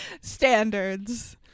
standards